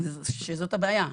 זאת הבעיה.